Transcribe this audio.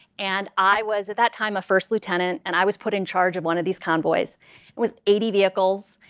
and i was at that time a first lieutenant, and i was put in charge of one of these convoys with eighty vehicles.